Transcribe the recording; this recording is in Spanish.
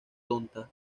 tontas